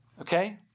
okay